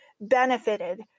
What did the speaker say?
benefited